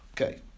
Okay